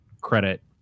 credit